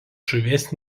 žuvies